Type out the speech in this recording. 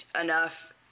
enough